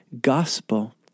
gospel